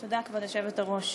תודה, כבוד היושבת-ראש.